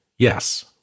Yes